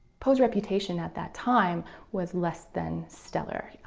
poe's reputation at that time was less than stellar,